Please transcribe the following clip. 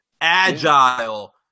agile